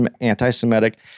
anti-Semitic